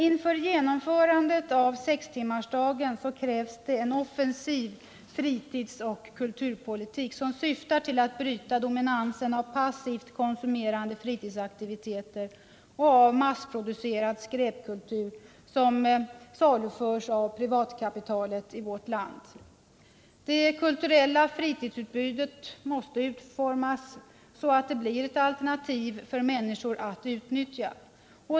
Inför genomförandet av sextimmarsdagen krävs en offensiv fritidsoch kulturpolitik, som syftar till att bryta dominansen av passivt konsumerade fritidsaktiviteter och massproducerad skräpkultur, som saluförs av privatkapitalet i vårt land. Det kulturella fritidsutbudet måste utformas så att det blir ett alternativ för människor att utnyttja.